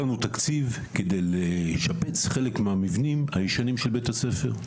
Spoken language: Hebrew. תקציב כדי לשפץ חלק מן המבנים הישנים של בית הספר.